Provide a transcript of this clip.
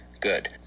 Good